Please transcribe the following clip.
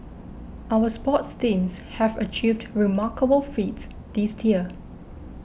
our sports teams have achieved remarkable feats this year